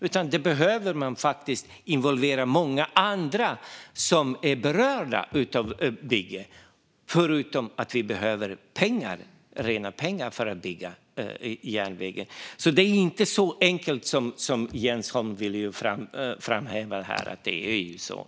Man behöver faktiskt involvera många andra som är berörda av bygget - förutom att vi behöver rena pengar för att bygga järnvägen. Det är alltså inte så enkelt som Jens Holm vill framställa det som.